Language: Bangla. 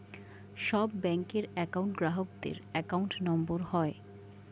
সব ব্যাঙ্কের একউন্ট গ্রাহকদের অ্যাকাউন্ট নম্বর হয়